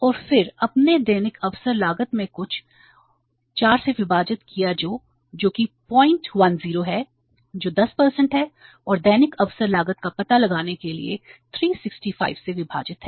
और फिर आपने दैनिक अवसर लागत में कुछ 4 से विभाजित किया जो कि 010 है जो 10 है और दैनिक अवसर लागत का पता लगाने के लिए 365 से विभाजित है